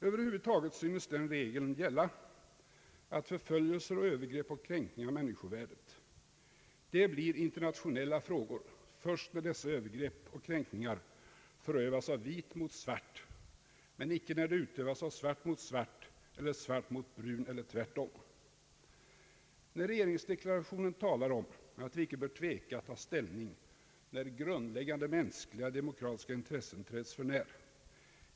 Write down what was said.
över huvud taget synes den regeln gälla, att förföljelser och övergrepp och kränkning av människovärdet blir internationella frågor först när dessa övergrepp och kränkningar förövas av vit mot svart, men icke när de utövas av svart mot svart eller svart mot brun eller tvärtom. Regeringsdeklarationen talar om att vi icke bör tveka att ta ställning, då grundläggande mänskliga demokratiska intressen träds för när.